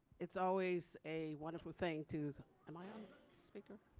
it's always a wonderful thing to am i on speaker?